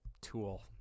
tool